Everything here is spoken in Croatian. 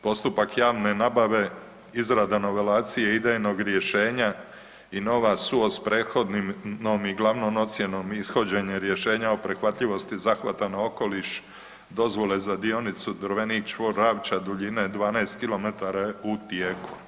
Postupak javne nabave, izrada novelacije idejnog rješenja i nova SUO s prethodnom i glavnom ocjenom ishođenja i rješenja o prihvatljivosti zahvata na okoliš dozvole za dionicu Drvenik čvor Ravča duljine 12 km je u tijeku.